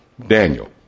Daniel